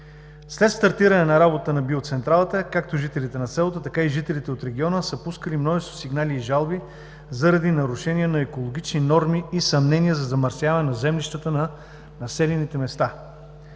След стартиране на работата на биоцентралата както жителите на селото, така и жителите от региона са пускали множество сигнали и жалби заради нарушения на екологични норми и съмнения за замърсяване на землищата на населените места.